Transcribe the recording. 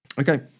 Okay